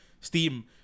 Steam